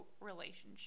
relationship